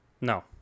No